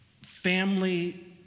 family